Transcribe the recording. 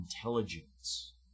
intelligence